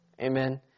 Amen